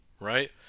right